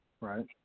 Right